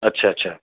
अच्छा अच्छा